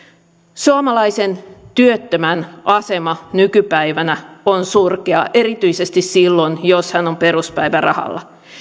suomalaisen työttömän asema nykypäivänä on surkea erityisesti silloin jos hän on peruspäivärahalla